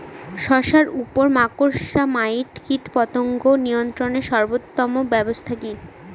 শশার উপর মাকড়সা মাইট কীটপতঙ্গ নিয়ন্ত্রণের সর্বোত্তম ব্যবস্থা কি?